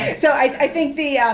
so i think the